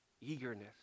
eagerness